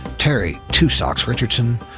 terry two socks richardson,